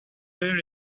bear